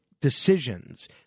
decisions